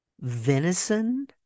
Venison